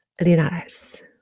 Linares